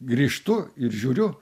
grįžtu ir žiūriu